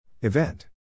Event